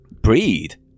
Breed